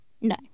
No